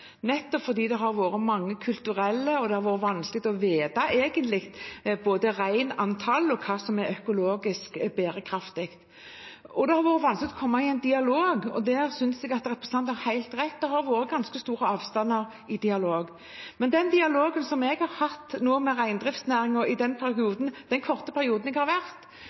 nettopp fordi det har vært mye kultur, og det har egentlig vært vanskelig å vite både reinantall og hva som er økologisk bærekraftig. Det har også vært vanskelig å komme i dialog, der synes jeg at representanten har helt rett; det har vært ganske stor avstand i dialogen. Men med den dialogen som jeg nå har hatt med reindriftsnæringen i den korte perioden jeg har vært